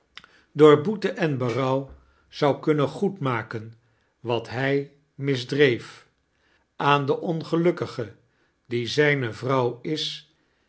door boete en berouw zou kunnen goedmaken wat hij misdreef aan de ongelukkige die zijne vrouw is